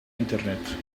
internet